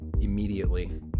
immediately